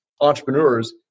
entrepreneurs